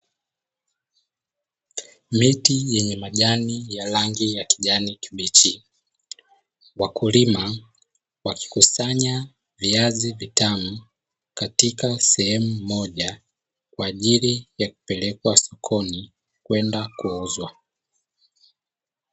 Miti yenye majani ya rangi ya kijani kibichi, wakulima wakikusanya viazi vitamu katika sehemu moja kwa ajili ya kupelekwa sokoni kwenda kuuzwa.